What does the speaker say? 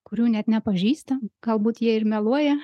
kurių net nepažįstam galbūt jie ir meluoja